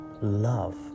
Love